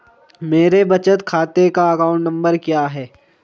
मेरे बचत खाते का अकाउंट नंबर क्या है?